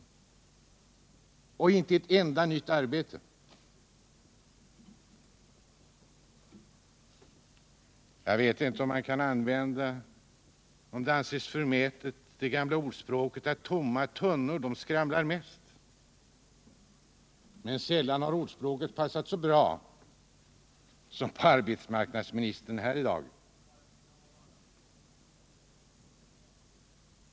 Jag vet inte om det anses överdrivet att anföra det gamla ordspråket om att tomma tunnor skramlar mest, men det är väl sällan som det har passat in så bra som på arbetsmarknadsministern här i dag.